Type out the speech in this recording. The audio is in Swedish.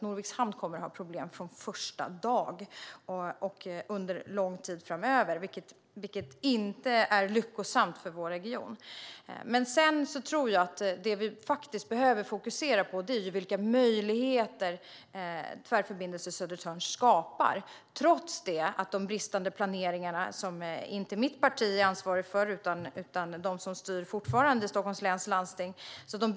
Norviks hamn kommer att ha problem från första dagen och under lång tid framöver, vilket inte är lyckosamt för vår region. Det vi behöver fokusera på är vilka möjligheter Tvärförbindelse Södertörn skapar. Det gäller trots de bristande planeringarna av Förbifarten som inte mitt parti är ansvarigt för utan de som fortfarande styr i Stockholms läns landsting.